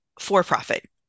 for-profit